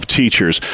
teachers